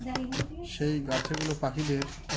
সেই গাছেগুলো পাখিদের